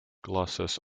glasses